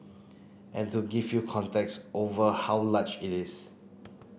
and to give you context over how large it is